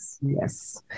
Yes